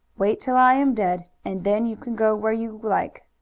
wait till i am dead, and then you can go where you like.